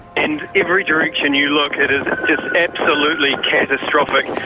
and every direction you look it it is absolutely catastrophic.